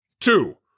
Two